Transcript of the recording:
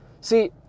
See